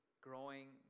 growing